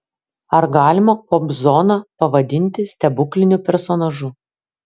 ar galima kobzoną pavadinti stebukliniu personažu